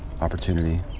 opportunity